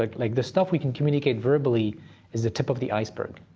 like, like the stuff we can communicate verbally is the tip of the iceberg.